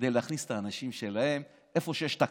כדי להכניס את האנשים שלהם איפה שיש תקלה.